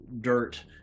dirt